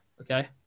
Okay